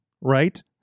right